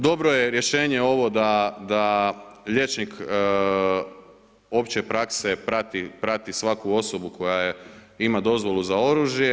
Dobro je rješenje ovo da liječnik opće prakse prati svaku osobu koja ima dozvolu za oružje.